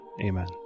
Amen